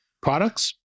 products